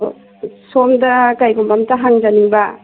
ꯁꯣꯝꯗ ꯀꯔꯤꯒꯨꯝꯕ ꯑꯃꯇ ꯍꯪꯖꯅꯤꯡꯕ